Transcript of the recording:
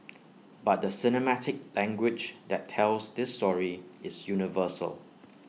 but the cinematic language that tells this story is universal